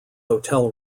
hotel